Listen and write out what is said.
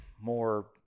more